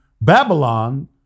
Babylon